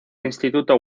instituto